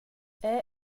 era